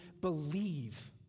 believe